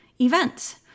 events